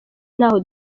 ntaho